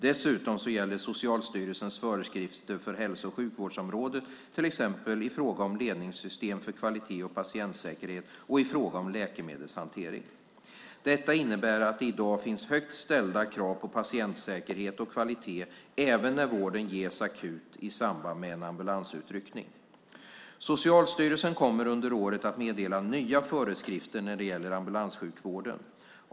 Dessutom gäller Socialstyrelsens föreskrifter på hälso och sjukvårdsområdet, till exempel i fråga om ledningssystem för kvalitet och patientsäkerhet och i fråga om läkemedelshantering. Detta innebär att det i dag finns högt ställda krav på patientsäkerhet och kvalitet även när vården ges akut i samband med en ambulansutryckning. Socialstyrelsen kommer under året att meddela nya föreskrifter när det gäller ambulanssjukvården.